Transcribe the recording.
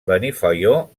benifaió